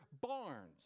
barns